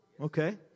Okay